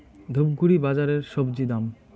ধূপগুড়ি বাজারের স্বজি দাম?